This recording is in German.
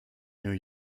new